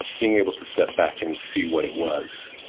being able to step back, and see what it was,